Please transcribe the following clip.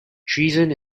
treason